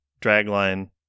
Dragline